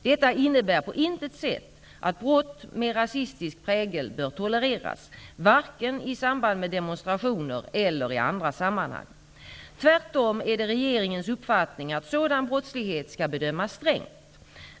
Detta innebär på intet sätt att brott med rasistisk prägel bör tolereras, varken i samband med demonstrationer eller i andra sammanhang. Tvärtom är det regeringens uppfattning att sådan brottslighet skall bedömas strängt.